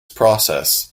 process